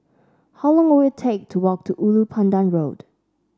how long will it take to walk to Ulu Pandan Road